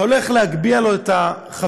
אתה הולך להעלות לו את החבילה,